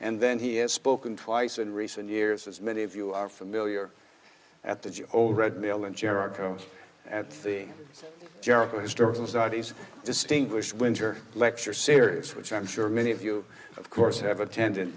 and then he has spoken twice in recent years as many of you are familiar at the age old red mill in jericho at the jericho historical saudis distinguished winter lecture series which i'm sure many of you of course have attend